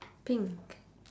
pink